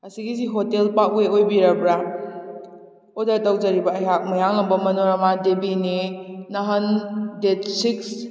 ꯑꯁꯤꯒꯤꯁꯤ ꯍꯣꯇꯦꯜ ꯄꯥꯛ ꯋꯦ ꯑꯣꯏꯕꯤꯔꯕ꯭ꯔꯥ ꯑꯣꯗꯔ ꯇꯧꯖꯔꯤꯕ ꯑꯩꯍꯥꯛ ꯃꯌꯥꯡꯂꯝꯕꯝ ꯃꯅꯣꯔꯃꯥ ꯗꯦꯕꯤꯅꯤ ꯅꯍꯥꯟ ꯗꯦꯠ ꯁꯤꯛꯁ